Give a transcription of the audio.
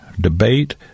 debate